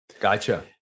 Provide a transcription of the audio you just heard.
Gotcha